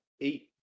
eight